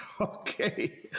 Okay